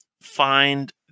find